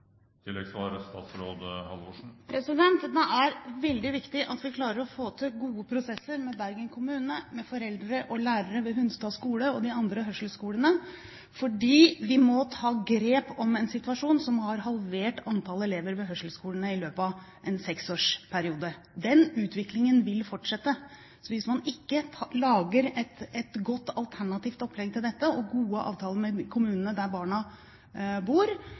er veldig viktig at vi klarer å få til gode prosesser med Bergen kommune og med foreldre og lærere ved Hunstad skole og de andre hørselsskolene, fordi vi må ta grep om en situasjon som har halvert antallet elever ved hørselsskolene i løpet av en seksårsperiode. Den utviklingen vil fortsette. Så hvis man ikke lager et godt alternativt opplegg til dette og gode avtaler med kommunene der barna bor,